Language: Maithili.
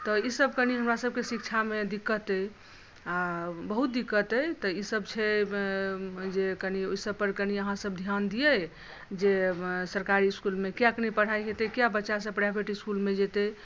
तऽ ई सब कनी हमरा सबकेँ शिक्षामे दिक्कत अहि आ बहुत दिक्कत अहि तऽ ई सब छै जे कनी अहि सब पर कनी आहाँ सब ध्यान दियै जे सरकारी इसकुलमे किएक नहि पढाई हेतै किएक बच्चा सब प्राइवेट इसकुलमे जेतै